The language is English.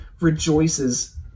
rejoices